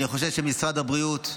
אני חושב שמשרד הבריאות,